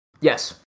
Yes